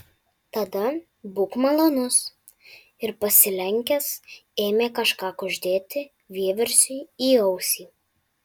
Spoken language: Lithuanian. tada būk malonus ir pasilenkęs ėmė kažką kuždėti vieversiui į ausį